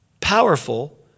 powerful